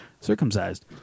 circumcised